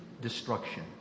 destruction